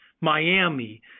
Miami